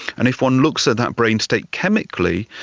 and if one looks at that brain state chemically,